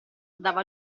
dava